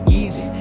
easy